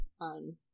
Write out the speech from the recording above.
on